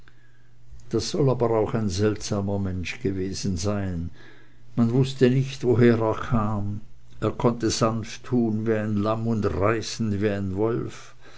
das soll aber auch ein seltsamer mensch gewesen sein man wußte nicht woher er kam er konnte sanft tun wie ein lamm und reißend wie ein wolf